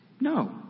No